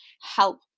help